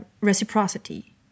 reciprocity